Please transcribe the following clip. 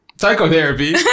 psychotherapy